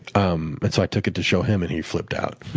um and so i took it to show him and he flipped out.